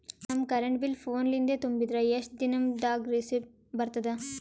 ನಮ್ current bill phone ಲಿಂದೇ ತುಂಬಿದ್ರ, ಎಷ್ಟ ದಿ ನಮ್ ದಾಗ ರಿಸಿಟ ಬರತದ?